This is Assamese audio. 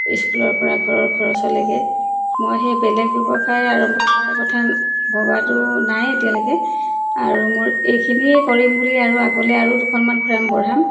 স্কুলৰপৰা ঘৰৰ খৰচলৈকে মই সেই বেলেগ ব্যৱসায় আৰম্ভ কৰাৰ কথা ভবাটো নাইয়ে এতিয়ালৈকে আৰু মোৰ এইখিনিয়ে কৰিম বুলি আৰু আগলৈ আৰু দুখনমান ফ্ৰাম বঢ়াম